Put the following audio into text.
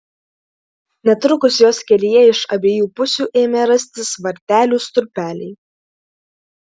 netrukus jos kelyje iš abiejų pusių ėmė rastis vartelių stulpeliai